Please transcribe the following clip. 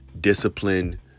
discipline